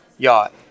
Yacht